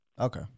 Okay